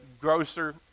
grocer